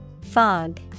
Fog